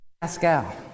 Pascal